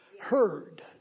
heard